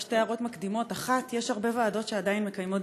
רק שתי הערות מקדימות: יש הרבה ועדות שעדיין מקיימות